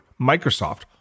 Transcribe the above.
Microsoft